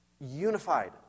unified